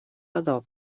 adob